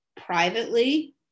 privately